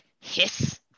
hiss